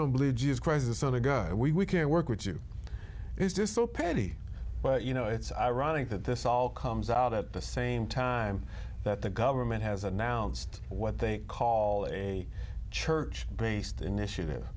don't believe jesus christ the son of god we can't work with you is just so petty you know it's ironic that this all comes out at the same time that the government has announced what they call a church based initiative